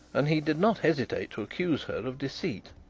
and he did not hesitate to accuse her of deceit.